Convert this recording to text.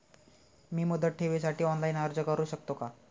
मी मुदत ठेवीसाठी ऑनलाइन अर्ज करू शकतो का?